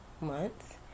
months